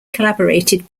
collaborated